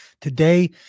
Today